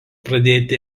pradėti